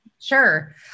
Sure